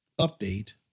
update